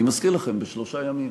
אני מזכיר לכם, בשלושה ימים.